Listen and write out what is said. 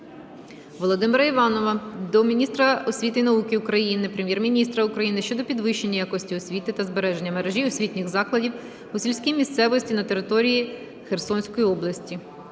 Володимира Іванова до міністра освіти і науки України, Прем'єр-міністра України щодо підвищення якості освіти та збереження мережі освітніх закладів у сільській місцевості на території Херсонської області.